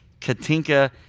Katinka